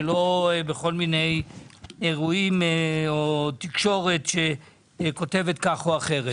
לא בכל מיני אירועים או תקשורת שכותבת כך או אחרת.